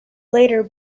later